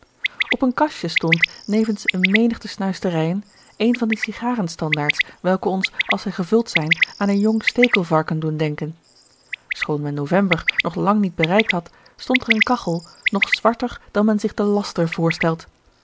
op een kastje stond nevens eene menigte snuisterijen een van die sigaren standaards welke ons als zij gevuld zijn aan een jong stekelvarken doen denken schoon men november nog lang niet bereikt had stond er eene kagchel nog zwarter dan men zich den laster voorstelt